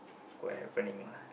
quite happening lah